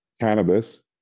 cannabis